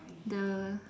the